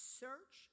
search